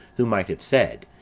who might have said